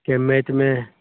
کہ میتھ میں